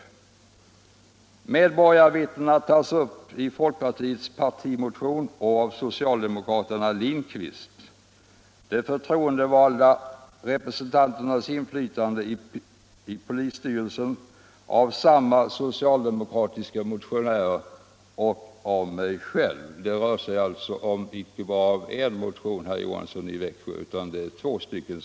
Frågan om medborgarvittnena tas upp i folkpartiets partimotion och av socialdemokraterna Lindkvist och Hellström, de förtroendevalda representanternas inflytande i polisstyrelserna av samma socialdemokratiska motionärer och av mig själv. Det rör sig här alltså icke bara om en motion, herr Johansson i Växjö, utan om två motioner.